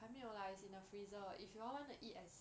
还没有 lah it's in the freezer if you all want to eat as